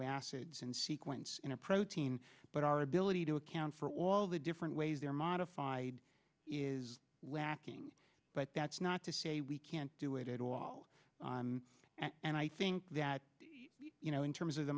o acids in sequence in a protein but our ability to account for all the different ways they're modified is whacking but that's not to say we can't do it at all and i think that you know in terms of the